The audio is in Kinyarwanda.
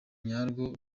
nyarwo